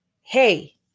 Hey